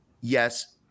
yes